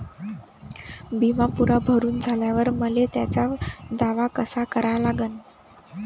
बिमा पुरा भरून झाल्यावर मले त्याचा दावा कसा करा लागन?